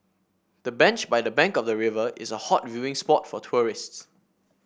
the bench by the bank of the river is a hot viewing spot for tourists